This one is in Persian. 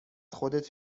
خودت